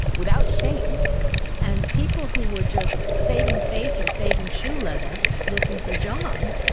without shame and people who were just saving face, or saving shoe leather, looking for jobs,